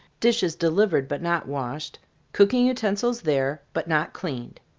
dishes delivered but not washed cooking utensils there, but not cleaned.